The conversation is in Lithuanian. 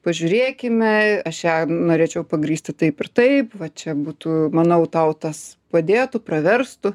pažiūrėkime aš ją norėčiau pagrįsti taip ir taip va čia būtų manau tau tas padėtų praverstų